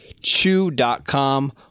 Chew.com